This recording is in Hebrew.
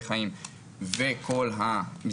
כל כישורי חיים,